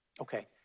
Okay